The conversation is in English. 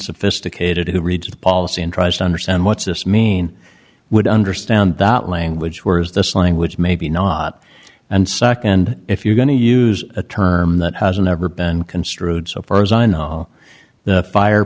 unsophisticated who reads the policy and tries to understand what's this mean would understand that language whereas this language may be not and suck and if you're going to use a term that has never been construed so far as i know the fire